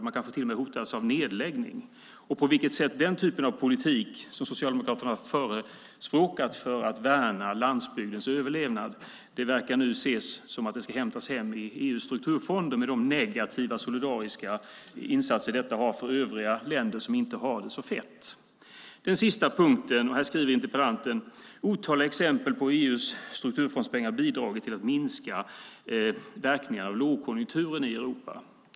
Man kanske rent av hotas av nedläggning. Den typ av politik som Socialdemokraterna förespråkat för att värna landsbygdens överlevnad verkar man nu anse ska hämtas hem via EU:s strukturfonder med de negativt solidariska insatser detta innebär för övriga länder som inte har det så fett. Den sista punkten gäller det som interpellanten skriver i slutet av sin interpellation, att det finns otaliga exempel på hur EU:s strukturfondspengar bidragit till att minska verkningarna av lågkonjunkturen i Europa.